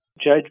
judge